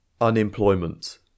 Unemployment